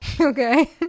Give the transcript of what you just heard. Okay